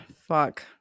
Fuck